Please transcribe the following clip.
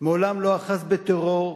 מעולם לא אחז בטרור,